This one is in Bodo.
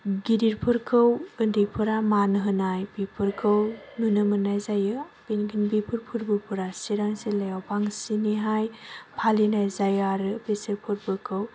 गिदिरफोरखौ उन्दैफोरा मान होनाय बेफोरखौ नुनो मोननाय जायो बेनिखायनो बेफोर फोरबोफोरा चिरां जिल्लायाव बांसिनैहाय फालिनाय जायो आरो बेसोर फोरबोखौ